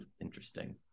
interesting